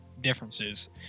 differences